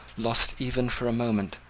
lost even for a moment,